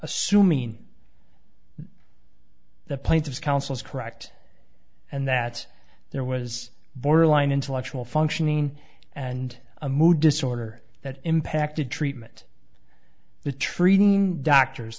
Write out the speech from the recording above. assuming the plaintiff's council is correct and that there was borderline intellectual functioning and a mood disorder that impacted treatment the treating doctors